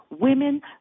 women